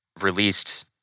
released